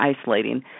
isolating